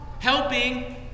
helping